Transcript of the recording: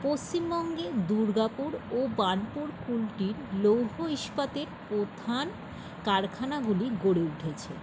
পশ্চিমবঙ্গে দুর্গাপুর ও বার্নপুর কুল্টির লৌহ ইস্পাতের প্রধান কারখানাগুলি গড়ে উঠেছে